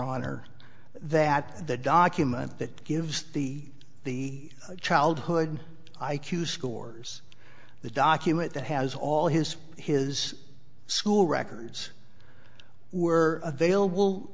honor that the document that gives the the childhood i q scores the document that has all his his school records were available